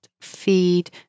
feed